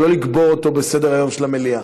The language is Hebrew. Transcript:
ולא לקבור אותו בסדר-היום של המליאה.